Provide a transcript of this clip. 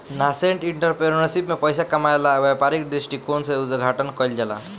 nascent entrepreneurship में पइसा कामायेला व्यापारिक दृश्टिकोण से उद्घाटन कईल जाला